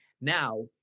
Now